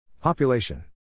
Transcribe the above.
Population